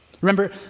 Remember